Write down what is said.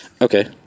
Okay